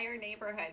neighborhood